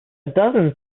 dozen